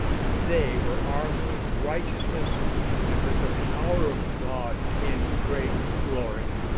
and they were armed with righteousness and with the power of god in great glory.